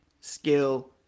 skill